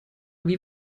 wie